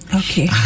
okay